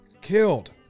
killed